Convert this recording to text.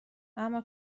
اما